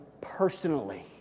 personally